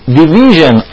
division